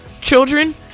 children